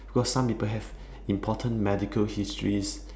cause some people have important medical histories